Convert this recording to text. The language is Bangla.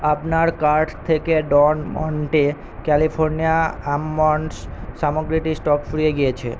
আপনার কার্ট থেকে ডন মন্টে ক্যালিফোর্নিয়া আমন্ডস সামগ্রীটির স্টক ফুরিয়ে গিয়েছে